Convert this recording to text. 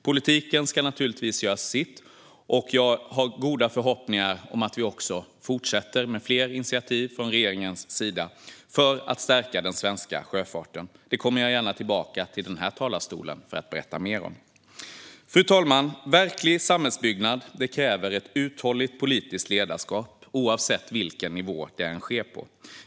Politiken ska naturligtvis göra sitt, och jag har goda förhoppningar om att vi fortsätter med fler initiativ från regeringens sida för att stärka den svenska sjöfarten. Jag kommer gärna tillbaka till den här talarstolen för att berätta mer om det. Fru talman! Verklig samhällsbyggnad kräver ett uthålligt politiskt ledarskap oavsett vilken nivå det sker på.